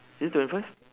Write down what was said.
is it twenty five